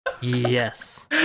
yes